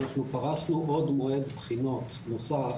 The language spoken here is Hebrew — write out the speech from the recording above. אנחנו פרסנו עוד מועד בחינות נוסף